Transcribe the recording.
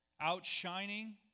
outshining